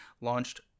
launched